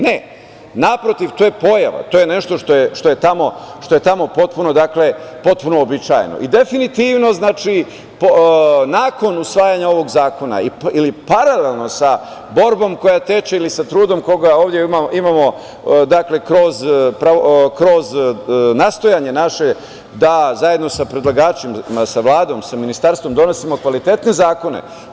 Ne, naprotiv, to je pojava, to je nešto što je tamo potpuno uobičajeno i definitivno, nakon usvajanja ovog zakona, ili paralelno sa borbom koja teče ili sa trudim koga ovde imamo kroz nastojanje naše da zajedno sa predlagačima, sa Vladom, sa ministarstvom donesemo kvalitetne zakone.